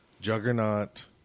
juggernaut